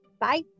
bye